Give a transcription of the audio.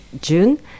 June